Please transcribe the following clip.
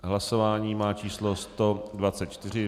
Hlasování má číslo 124.